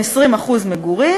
עם 20% מגורים,